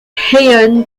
heian